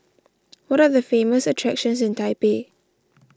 what are the famous attractions in Taipei